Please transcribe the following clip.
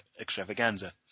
extravaganza